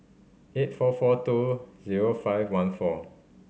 eight four four two zero five one four